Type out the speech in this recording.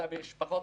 זה המשפחות,